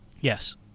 Yes